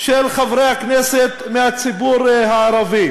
של חברי הכנסת מהציבור הערבי,